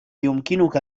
يمكنك